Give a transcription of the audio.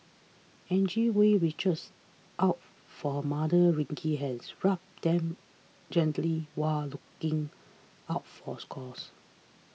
Angie Hui reaches out for her mother's wrinkly hands rubbing them gently while looking out for sores